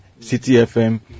CTFM